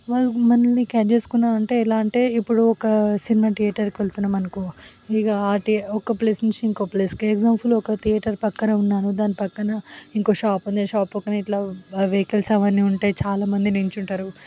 వాళ్ళు మనల్ని క్యాచ్ చేసుకున్నారంటే ఎలా అంటే ఇప్పుడు ఒక సినిమా థియేటర్కి వెళుతున్నాము అనుకో ఇక ఒక ప్లేస్ నుంచి ఇంకో ప్లేస్కి ఎగ్జాంపుల్ ఒక థియేటర్ ప్రక్కన ఉన్నారు దాని ప్రక్కన ఇంకో షాప్ ఉంది షాప్ ప్రక్కన ఇట్లా వెహికిల్స్ అవన్నీ ఉంటాయి చాలా మంది నిలుచుంటారు